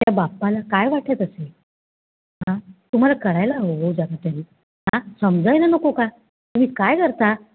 त्या बाप्पाला काय वाटत असेल हां तुम्हाला कळायला हवं हो ज्याला त्याला हां समजायला नको का तुम्ही काय करता